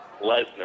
Lesnar